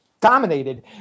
dominated